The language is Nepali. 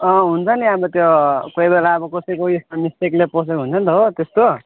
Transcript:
अँ हुन्छ नि अब त्यो कोही बेला अब कसैको यस्तो मिस्टेकले पसेको हुन्छ नि त हो त्यस्तो